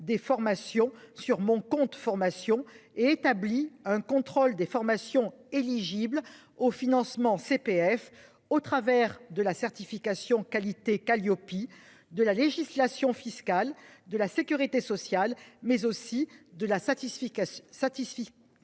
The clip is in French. des formations sur mon compte formation et établit un contrôle des formations éligibles au financement CPF, au travers de la certification qualité Kaliopie de la législation fiscale de la sécurité sociale mais aussi de la satisfait